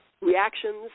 reactions